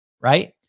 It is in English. right